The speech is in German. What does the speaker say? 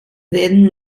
werden